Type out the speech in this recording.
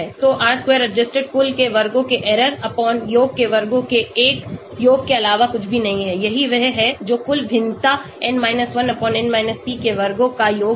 तो R square adjusted कुल के वर्गों के error योग के वर्गों के 1 योग के अलावा कुछ भी नहीं है यही वह है जो कुल भिन्नता n 1 n p के वर्गों का योग है